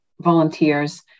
volunteers